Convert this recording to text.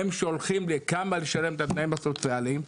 הם שולחים לי כמה לשלם את התנאים הסוציאליים,